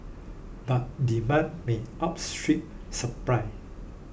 but demand may outstrip supply